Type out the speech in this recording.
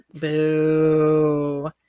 Boo